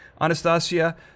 Anastasia